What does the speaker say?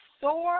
soar